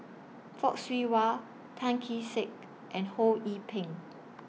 Fock Siew Wah Tan Kee Sek and Ho Yee Ping